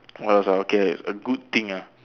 what else ah okay a good thing ah